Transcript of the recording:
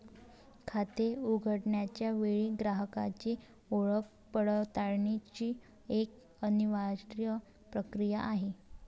खाते उघडण्याच्या वेळी ग्राहकाची ओळख पडताळण्याची एक अनिवार्य प्रक्रिया आहे